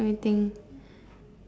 let me think